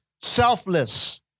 selfless